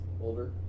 older